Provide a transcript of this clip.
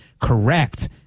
correct